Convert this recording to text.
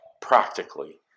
practically